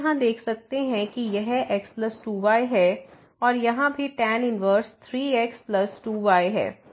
हम यहाँ देख सकते हैं कि यह x 2 y है और यहाँ भी tan 1 3x 2 y है